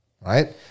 right